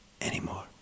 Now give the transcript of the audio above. anymore